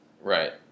Right